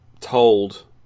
told